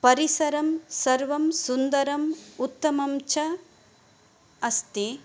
परिसरं सर्वं सुन्दरम् उत्तमम् च अस्ति